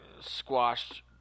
squashed